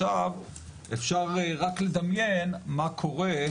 אפשר רק לדמיין מה קורה,